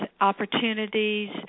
opportunities